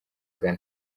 ghana